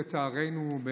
לצערנו,